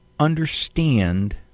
understand